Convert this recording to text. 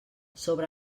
sobre